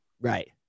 right